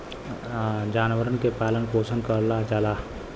जानवरन के पालन पोसन करल जाला